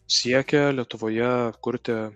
siekia lietuvoje kurti